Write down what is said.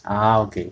ah